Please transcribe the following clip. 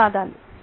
ధన్యవాదాలు